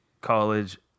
College